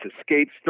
escapes